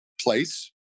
place